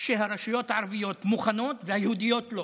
שהרשויות הערביות מוכנות והיהודיות לא.